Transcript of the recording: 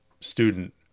student